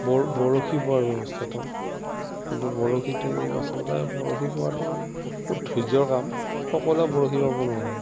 বৰ বৰশী বোৱাৰ ব্যৱস্থাটো কিন্তু বৰশীটো আচলতে বৰশী বোৱাটো বৰ ধৈৰ্য্য়ৰ কাম সকলোৱে বৰশী বাব নোৱাৰে